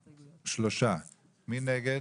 3. מי נגד?